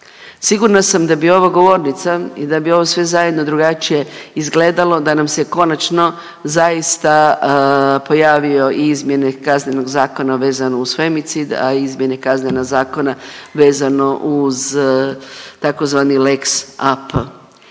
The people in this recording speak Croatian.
sigurna sam da bi ova govornica i da bi ovo sve zajedno drugačije izgledalo da nam se konačno zaista pojavio i izmjene Kaznenog zakona vezano uz femicid, a i izmjene Kaznenog zakona vezano tzv. lex AP.